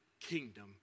kingdom